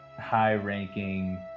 high-ranking